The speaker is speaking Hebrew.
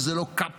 וזה לא קפלן,